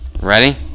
Ready